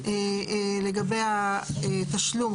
לגבי התשלום,